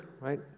right